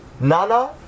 Nana